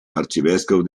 arcivescovo